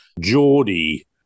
Geordie